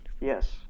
Yes